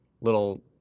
little